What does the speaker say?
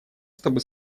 чтобы